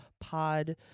Pod